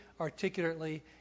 articulately